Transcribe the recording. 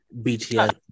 BTS